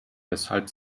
weshalb